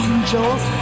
Angels